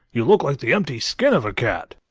you look like the empty skin of a cat.